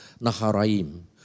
Naharaim